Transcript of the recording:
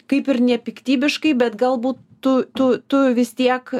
kaip ir nepiktybiškai bet galbūt tu tu tu vis tiek